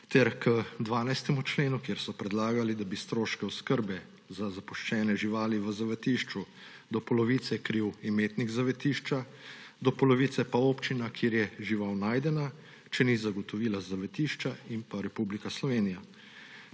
ter k 12. členu, kjer so predlagali, da bi stroške oskrbe za zapuščene živali v zavetišču do polovice kril imetnik zavetišča, do polovice pa občina, kjer je žival najdena, če ni zagotovila zavetišča, in Republika Slovenija.